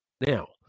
now